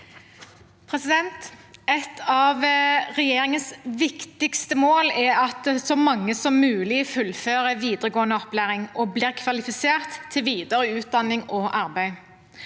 Et av re- gjeringens viktigste mål er at så mange som mulig fullfører videregående opplæring og blir kvalifisert til videre utdanning og arbeid.